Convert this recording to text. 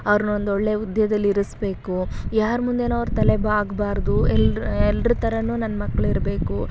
ಅವ್ರ್ನ ಒಂದೊಳ್ಳೆ ಹುದ್ದೆಯಲ್ಲಿ ಇರಿಸಬೇಕು ಯಾರ ಮುಂದೆಯೂ ಅವ್ರು ತಲೆ ಬಾಗಬಾರ್ದು ಎಲ್ರ ಎಲ್ರ ಥರನೂ ನನ್ನ ಮಕ್ಳು ಇರಬೇಕು